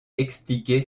expliquer